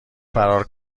فرار